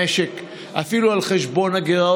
אושרה בקריאה